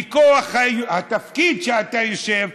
מכוח התפקיד שאתה יושב בו,